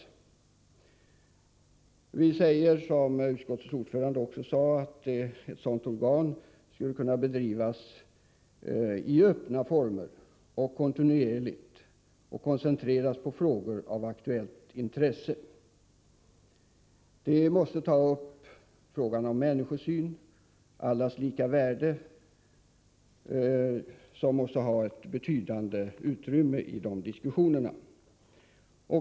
Vi menar, som utskottets ordförande också sade, att arbetet i ett sådant organ skulle kunna bedrivas i öppna former, kontinuerligt, och koncentreras på frågor av aktuellt intresse. Frågor som människosyn och allas lika värde måste tas upp och få ett betydande utrymme i diskussionerna.